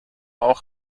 auch